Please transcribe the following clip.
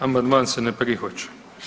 Amandman se ne prihvaća.